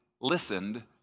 listened